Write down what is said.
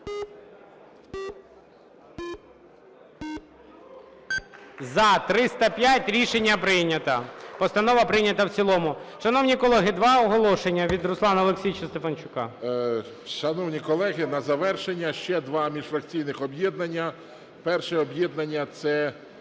За-305 Рішення прийнято. Постанова прийнята в цілому. Шановні колеги, два оголошення від Руслана Олексійовича Стефанчука. 17:59:12 СТЕФАНЧУК Р.О. Шановні колеги, на завершення ще два міжфракційних об'єднання. Перше об'єднання – це